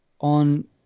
On